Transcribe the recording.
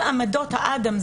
כל עמדות האד"מ,